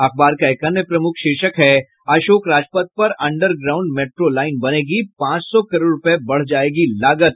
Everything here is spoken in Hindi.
अखबार का एक अन्य प्रमुख शीर्षक है अशोक राजपथ पर अंडरग्राउंड मेट्रो लाईन बनेगी पांच सौ करोड़ रूपये बढ़ जायेगी लागत